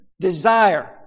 desire